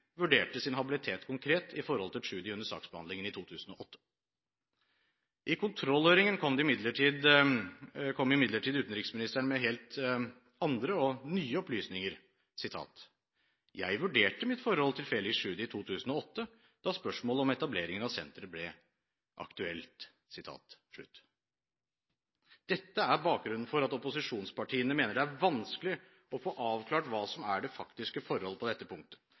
vurderte sin habilitet konkret i forhold til Tschudi under saksbehandlingen i 2008. I kontrollhøringen kom imidlertid utenriksministeren med helt andre, og nye, opplysninger: «Jeg vurderte mitt forhold til Felix Tschudi i 2008, da spørsmålet om etableringen av senteret ble aktuelt.» Dette er bakgrunnen for at opposisjonspartiene mener det er vanskelig å få avklart hva som er det faktiske forhold på dette